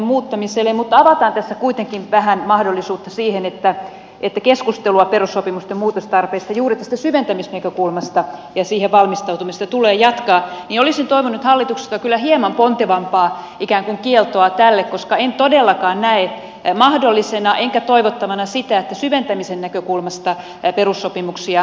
mutta avataan tässä kuitenkin vähän mahdollisuutta siihen että keskustelua perussopimusten muutostarpeista juuri tästä syventämisnäkökulmasta ja siihen valmistautumista tulee jatkaa niin että olisin toivonut hallitukselta kyllä hieman pontevampaa ikään kuin kieltoa tälle koska en todellakaan näe mahdollisena enkä toivottavana sitä että syventämisen näkökulmasta perussopimuksia aukaistaisiin